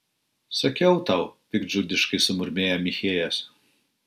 sakiau tau piktdžiugiškai sumurmėjo michėjas